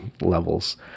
levels